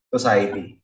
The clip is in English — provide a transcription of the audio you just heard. Society